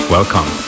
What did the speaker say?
Welcome